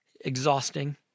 exhausting